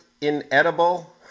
inedible